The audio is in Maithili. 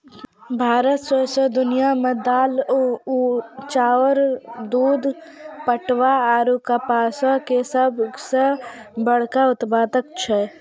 भारत सौंसे दुनिया मे दाल, चाउर, दूध, पटवा आरु कपासो के सभ से बड़का उत्पादक छै